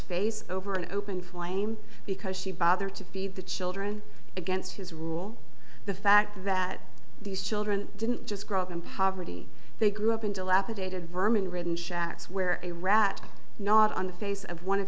face over an open flame because she bother to feed the children against his rule the fact that these children didn't just grow up in poverty they grew up in dilapidated vermin ridden shacks where a rat not on the face of one of